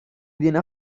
viene